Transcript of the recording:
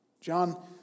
John